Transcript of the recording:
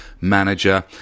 manager